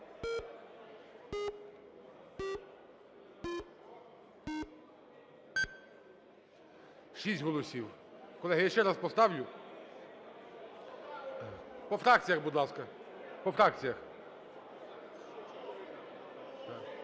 6 голосів. Колеги, я ще раз поставлю. По фракціях, будь ласка. По фракціях.